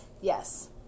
yes